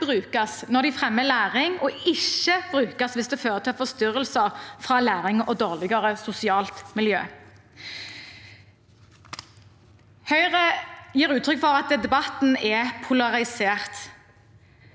når de fremmer læring, og ikke brukes hvis de fører til forstyrrelser fra læring og til et dårligere sosialt miljø. Høyre gir uttrykk for at debatten er polarisert.